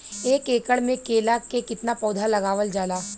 एक एकड़ में केला के कितना पौधा लगावल जाला?